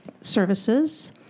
services